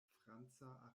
franca